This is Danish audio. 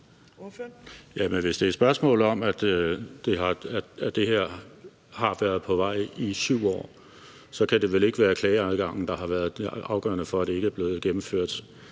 hvis det er et spørgsmål om, at det her har været på vej i 7 år, så kan det vel ikke være klageadgangen, der har været afgørende for, at det ikke er blevet gennemført